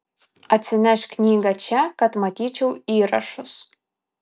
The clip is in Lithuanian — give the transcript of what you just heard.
atsinešk knygą čia kad matyčiau įrašus